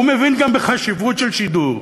הוא מבין גם בחשיבות של שידור.